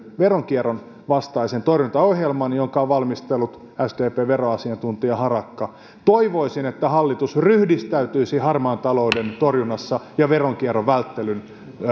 veronkierron vastaisen torjuntaohjelman jonka on valmistellut sdpn veroasiantuntija harakka toivoisin että hallitus ryhdistäytyisi harmaan talouden torjunnassa ja veronkierron vastaisessa